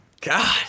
God